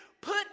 put